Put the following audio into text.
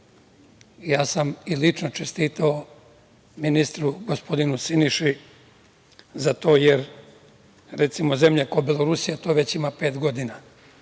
nas.I lično sam čestitao ministru, gospodinu Siniši, zato jer recimo zemlja kao što je Belorusija to već ima pet godina